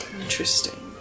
Interesting